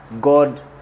God